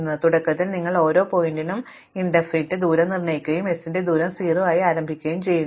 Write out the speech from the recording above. അതിനാൽ തുടക്കത്തിൽ നിങ്ങൾ ഓരോ ശീർഷകത്തിനും അനന്തമായിരിക്കാനുള്ള ദൂരം നിർണ്ണയിക്കുകയും s ന്റെ ദൂരം 0 ആയി ആരംഭിക്കുകയും ചെയ്യുന്നു